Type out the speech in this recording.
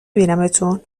بینمتون